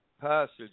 passage